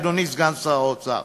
אדוני סגן שר האוצר.